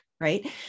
right